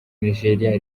nigeria